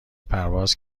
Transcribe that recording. پرواز